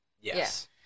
Yes